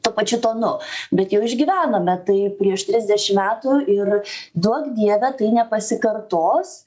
tuo pačiu tonu bet jau išgyvenome tai prieš trisdešim metų ir duok dieve tai nepasikartos